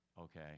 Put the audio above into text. okay